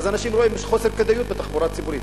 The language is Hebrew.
ואנשים רואים שיש חוסר כדאיות בתחבורה הציבורית.